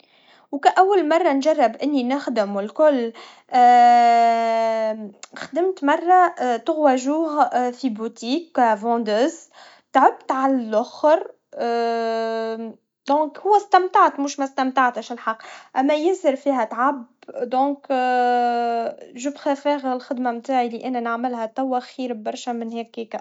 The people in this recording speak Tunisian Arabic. وكأول مرة نجرب إني نخدم والكل, و خدمت مرا, ثلاثة أيام في بوتي, تعبت عالآخر, و دون, واستمتعت مش مستمتعتش الحق, أما ياسر فيها تعب, لذا, أنا أفضل الخدما متاعي لأانا نعملها توا, خير برشا من هكيكا.